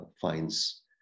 finds